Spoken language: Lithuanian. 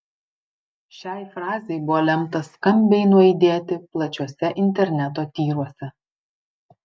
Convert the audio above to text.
šiai frazei buvo lemta skambiai nuaidėti plačiuose interneto tyruose